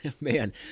Man